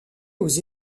aux